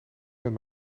met